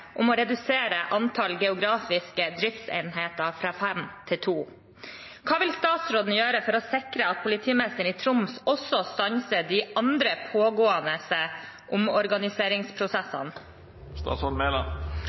om å redusere antall geografiske driftsenhetene fra fem til to. Hva vil statsråden gjøre for å sikre at politimesteren i Troms også stanser alle de andre pågående